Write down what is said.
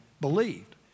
believed